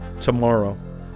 Tomorrow